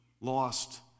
lost